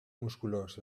musculós